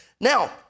Now